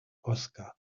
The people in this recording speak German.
oskar